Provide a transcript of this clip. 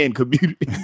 community